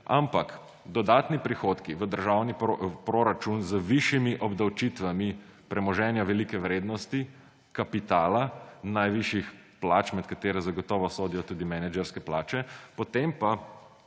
ampak dodatni prihodki v državni proračun z višjimi obdavčitvami premoženja velike vrednosti: kapitala, najvišjih plač, med katere zagotovo sodijo tudi menedžerske plače, potem pa